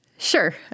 Sure